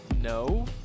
No